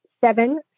seven